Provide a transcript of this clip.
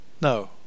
No